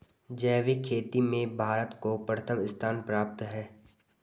जैविक खेती में भारत को प्रथम स्थान प्राप्त है